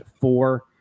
four